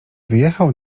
wyjechał